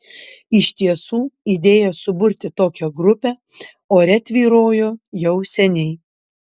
iš tiesų idėja suburti tokią grupę ore tvyrojo jau seniai